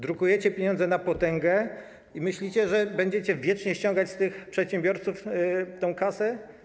Drukujecie pieniądze na potęgę i myślicie, że będziecie wiecznie ściągać z przedsiębiorców kasę.